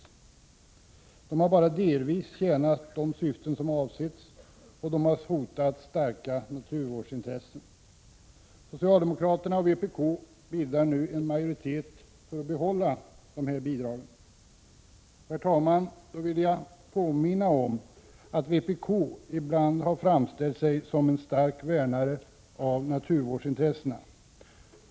Dessa bidrag har bara delvis tjänat de syften som avsetts, och de har hotat starka naturvårdsintressen. Socialdemokraterna och vpk bildar nu en majoritet för ett bibehållande av dessa bidrag. Herr talman! Jag vill påminna om att vpk ibland har framställt sig som en stark värnare av naturvårdsintressena.